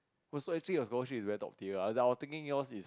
oh so actually your scholarship is very top tier ah as I was thinking yours is